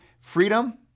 Freedom